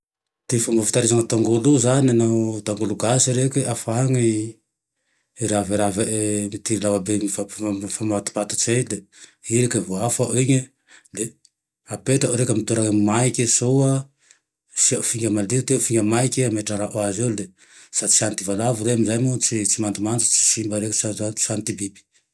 Ty fomba fitahirizane tongolo io zane naho tangolo gasy reky afahany ravoray e lavabe mifamatopatotse e, i reke voa afao iny e de apetao reke amy ty raha maike soa asio finga malio, finga maike ametrarao aze eo le sa tsy hany ty valavo re ame za moa sady tsy mandomando, tsy simba reke, sady sady tsy hany ty biby